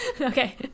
okay